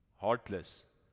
heartless